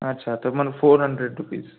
अच्छा तर मन फोर हंड्रेड रुपीज